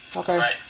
okay